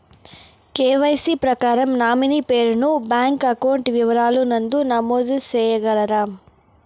KYC ప్రకారం nominee పేరు ను బ్యాంకు అకౌంట్ వివరాల నందు నమోదు సేయగలరా?